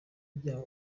izajya